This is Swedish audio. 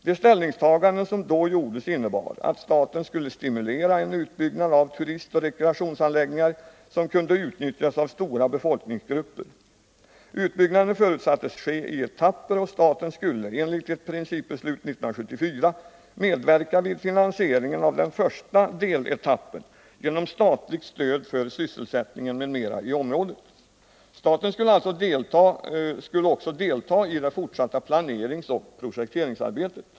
De ställningstaganden som då gjordes innebar att staten skulle stimulera en utbyggnad av turistoch rekreationsanläggningar som kunde utnyttjas av stora befolkningsgrupper. Utbyggnaden förutsattes ske i etapper, och staten skulle enligt ett principbeslut 1974 medverka vid finansieringen av den första deletappen genom statligt stöd för sysselsättningen m.m. i området. Staten skulle också delta i det fortsatta planeringsoch projekteringsarbetet.